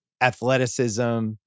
athleticism